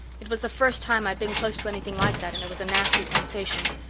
it was the first time i'd been close to anything like that and it was a nasty sensation,